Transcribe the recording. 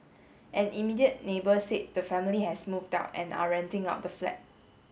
an immediate neighbour said the family has moved down and are renting out the flat